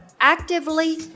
actively